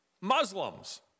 Muslims